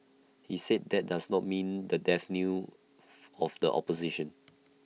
he said that does not mean the death knell of the opposition